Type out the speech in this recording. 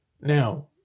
Now